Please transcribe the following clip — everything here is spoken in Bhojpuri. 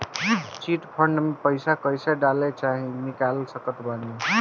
चिट फंड मे पईसा कईसे डाल चाहे निकाल सकत बानी?